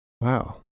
Wow